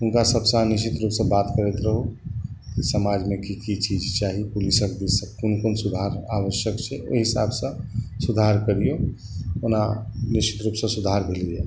हुनका सबसॅं अहाँ निश्चित रूपसँ बात करैत रहू समाजमे की की चीज चाही पुलिसक दिससँ कोन कून सुधार आवश्यक छै ओइ हिसाबसँ सुधार करियौ ओना निश्चित रूपसँ सुधार भेलैये